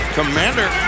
commander